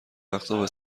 وقتابه